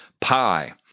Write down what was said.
pie